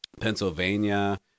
Pennsylvania